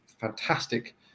fantastic